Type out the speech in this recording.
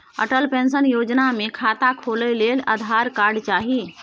Atal pension योजना मे खाता खोलय लेल आधार कार्ड चाही